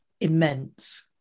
immense